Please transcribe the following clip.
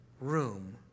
room